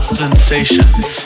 sensations